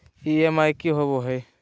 EMI की होवे है?